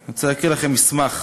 אני רוצה להקריא לכם מסמך: